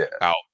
out